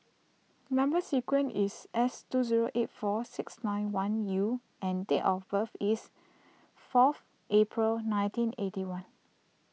Number Sequence is S two zero eight four six nine one U and date of birth is forth April nineteen eighty one